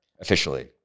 officially